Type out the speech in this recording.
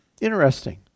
Interesting